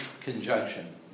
conjunction